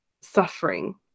suffering